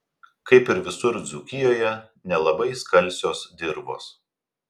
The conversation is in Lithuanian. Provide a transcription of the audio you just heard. kaip ir visur dzūkijoje nelabai skalsios dirvos